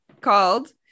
called